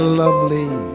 lovely